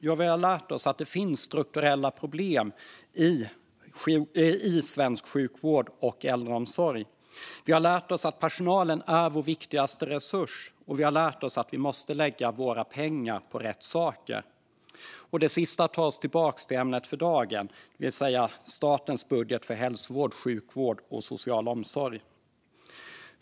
Jo, vi har lärt oss att det finns strukturella problem i svensk sjukvård och äldreomsorg. Vi har lärt oss att personalen är vår viktigaste resurs, och vi har lärt oss att vi måste lägga våra pengar på rätt saker. Det sistnämnda för oss tillbaka till ämnet för dagen, det vill säga statens budget för hälsovård, sjukvård och social omsorg.